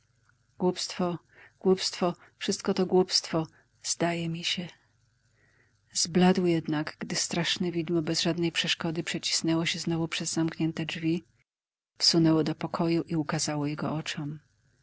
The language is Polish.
mieszkania głupstwo głupstwo wszystko to głupstwo zdaje mi się zbladł jednak gdy straszne widmo bez żadnej przeszkody przecisnęło się znowu przez zamknięte drzwi wsunęło do pokoju i ukazało jego oczom